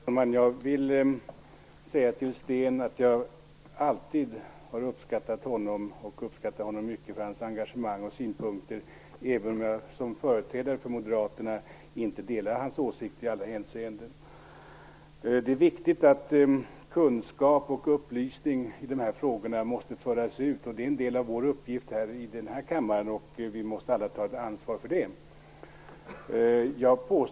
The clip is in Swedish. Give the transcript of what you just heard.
Herr talman! Jag vill säga till Sten Andersson att jag alltid har uppskattat, och uppskattar, honom för hans engagemang och synpunkter, även om jag som företrädare för Moderaterna inte delar hans åsikter i alla hänseenden. Det är viktigt att kunskap om och upplysning i dessa frågor förs ut. Det är en del av vår uppgift i den här kammaren, och vi måste alla ta ett ansvar för den.